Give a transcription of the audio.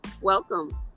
Welcome